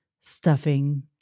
stuffing